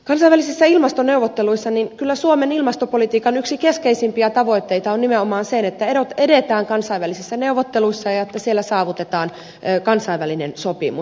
kansainvälisissä ilmastoneuvotteluissa suomen ilmastopolitiikan yksi keskeisimpiä tavoitteita on nimenomaan se että edetään kansainvälisissä neuvotteluissa ja saavutetaan siellä kansainvälinen sopimus